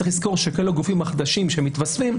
צריך לזכור שכל הגופים החדשים שמתווספים,